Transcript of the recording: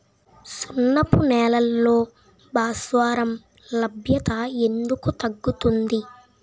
సున్నపు నేలల్లో భాస్వరం లభ్యత ఎందుకు తగ్గుతుంది?